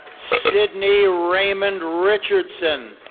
sidney raymond richardson.